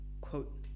quote